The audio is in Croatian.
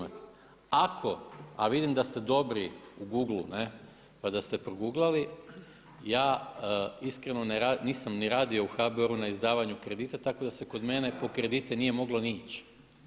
Ako, a vidim da ste dobri u Gogleu ne, pa da ste proguglali ja iskreno nisam ni radio u HBOR-u na izdavanju kredita, tako da se kod mene po kredite nije moglo ni ići.